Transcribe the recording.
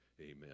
amen